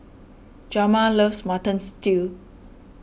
Hjalmar loves Mutton Stew